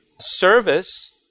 service